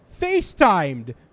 FaceTimed